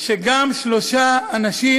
שגם שלושה אנשים,